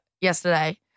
yesterday